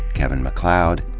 kevin macleod,